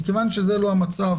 כיוון שזה לא המצב,